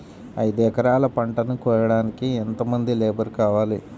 ఐదు ఎకరాల పంటను కోయడానికి యెంత మంది లేబరు కావాలి?